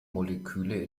moleküle